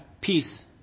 peace